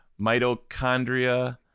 Mitochondria